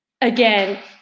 again